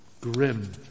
grim